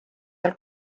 tal